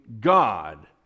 God